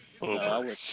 over